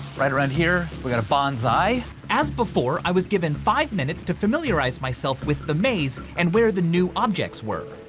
right around here we got a bonds eye. as before i was given five minutes to familiarize myself with the maze and where the new objects were.